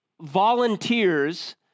volunteers